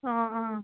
অঁ অঁ